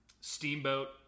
Steamboat